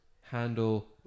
handle